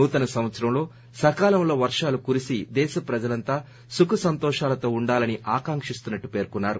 నూతన సంవత్సరంలో సకాలంలో వర్షాలు పడి దేశ ప్రజలంతా సుఖసంతోషాలతో ఉండాలని ఆకాంకిస్తునట్లు పేర్కొన్సారు